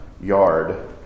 yard